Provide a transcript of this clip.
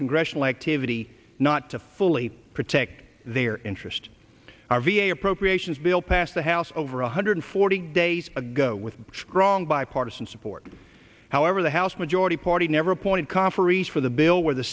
congressional activity not to fully protect their interest our v a appropriations bill passed the house over one hundred forty days ago with strong bipartisan support however the house majority party never appoint conferees for the bill where the